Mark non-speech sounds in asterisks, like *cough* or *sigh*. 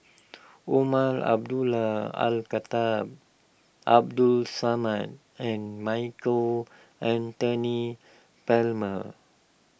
*noise* Umar Abdullah Al Khatib Abdul Samad and Michael Anthony Palmer